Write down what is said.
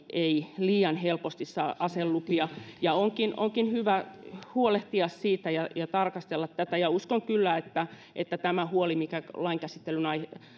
aselupia ei liian helposti saa ja onkin onkin hyvä huolehtia siitä ja ja tarkastella tätä ja uskon kyllä että että tämä huoli mikä lain käsittelyn